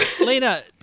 Lena